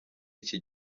iki